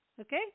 Okay